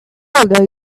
are